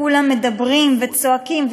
וכולם מדברים וצועקים,